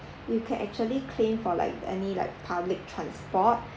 you can actually claim for like any like public transport